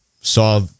saw